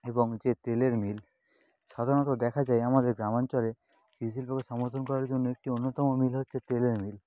এবং যে তেলের মিল সাধারণত দেখা যায় আমাদের গ্রামাঞ্চলে কৃষিশিল্পকে সমর্থন করার জন্য একটি অন্যতম মিল হচ্ছে তেলের মিল